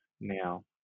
now